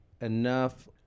enough